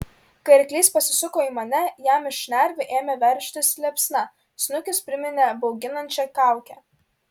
kai arklys pasisuko į mane jam iš šnervių ėmė veržtis liepsna snukis priminė bauginančią kaukę